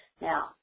Now